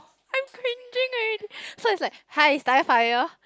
I'm cringing already so it's like hi Starfire